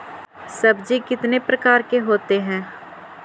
सब्जी कितने प्रकार के होते है?